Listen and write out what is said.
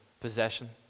possession